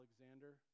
Alexander